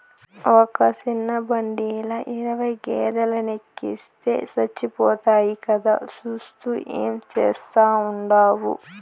ఒక సిన్న బండిల ఇరవై గేదేలెనెక్కిస్తే సచ్చిపోతాయి కదా, సూత్తూ ఏం చేస్తాండావు